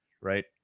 right